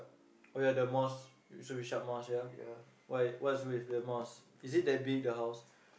oh ya the mosque Yusof-Ishak mosque why what's with the mosque is it that big the house